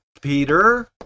Peter